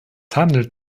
handelt